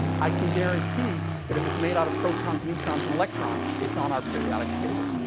i can guarantee, that if it's made out of protons, neutrons and electrons, it's on our periodic table.